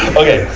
okay.